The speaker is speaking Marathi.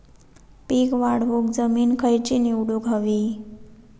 पीक वाढवूक जमीन खैची निवडुक हवी?